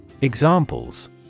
Examples